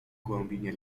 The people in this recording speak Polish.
głębinie